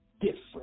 different